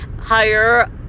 higher